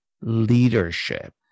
leadership